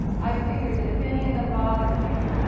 i figured that if any of them bothered you,